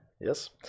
Yes